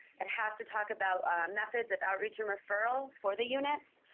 and has to talk about methods of outreach and referral for the units.